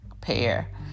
pair